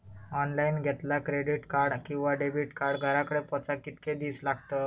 Online घेतला credit card किंवा debit card घराकडे पोचाक कितके दिस लागतत?